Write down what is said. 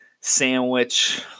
sandwich